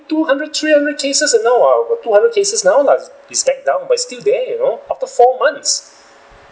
two hundred three hundred cases uh now about two hundred cases now lah is back down but is still there you know after four months